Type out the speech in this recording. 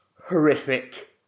horrific